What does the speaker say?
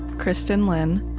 kristin lin,